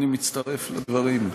אני מצטרף לדברים.